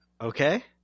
okay